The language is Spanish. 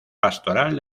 pastoral